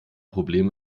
problem